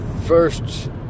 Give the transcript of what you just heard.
first